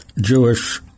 Jewish